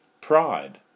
pride